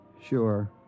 Sure